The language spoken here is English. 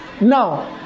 now